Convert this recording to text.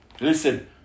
Listen